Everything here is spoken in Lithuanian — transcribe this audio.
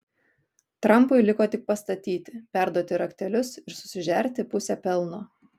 trampui liko tik pastatyti perduoti raktelius ir susižerti pusę pelno